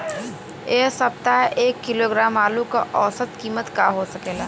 एह सप्ताह एक किलोग्राम आलू क औसत कीमत का हो सकेला?